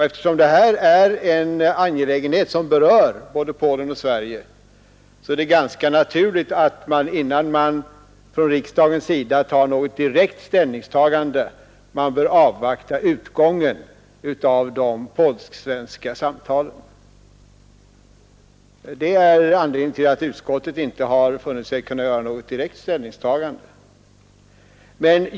Eftersom denna angelägenhet berör både Polen och Sverige är det ganska naturligt att man, innan man tar direkt ställning i riksdagen, avvaktar utgången av de polsk-svenska samtalen. Detta är anledningen till att utskottet inte har funnit sig kunna göra något direkt ställningstagande.